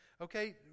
Okay